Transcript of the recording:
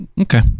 Okay